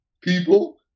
people